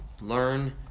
learn